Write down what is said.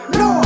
no